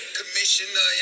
commissioner